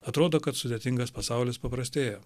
atrodo kad sudėtingas pasaulis paprastėja